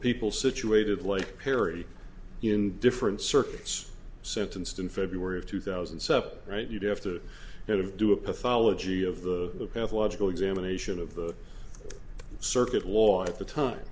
people situated like perry in different circuits sentenced in february of two thousand and seven right you'd have to do a pathology of the pathological examination of the circuit law at the time